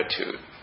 attitude